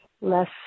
less